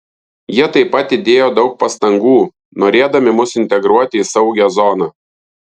jie taip pat įdėjo daug pastangų norėdami mus integruoti į saugią zoną